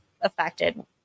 affected